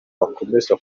bakomeza